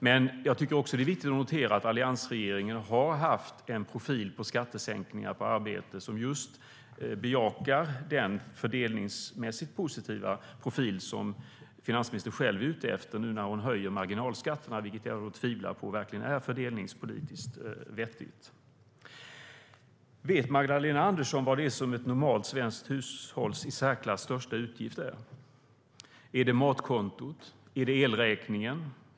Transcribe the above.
Det är också viktigt att notera att alliansregeringen har haft en profil på skattesänkningar på arbete som bejakar den fördelningsmässigt positiva profil som finansministern själv är ute efter nu när hon höjer marginalskatterna, vilket jag tvivlar på är fördelningspolitiskt vettigt. Vet Magdalena Andersson vad som är ett normalsvenskt hushålls i särklass största utgift? Är det matkontot? Är det elräkningen?